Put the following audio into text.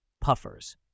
puffers